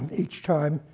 each time,